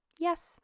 yes